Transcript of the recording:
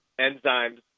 Enzymes